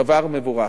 דבר מבורך.